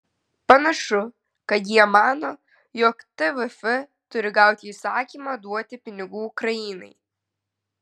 panašu kad jie mano jog tvf turi gauti įsakymą duoti pinigų ukrainai